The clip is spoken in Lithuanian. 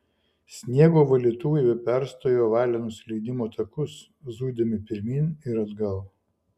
sniego valytuvai be perstojo valė nusileidimo takus zuidami pirmyn ir atgal